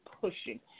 pushing